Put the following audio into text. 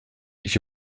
ich